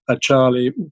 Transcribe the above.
Charlie